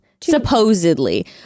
Supposedly